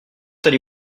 allez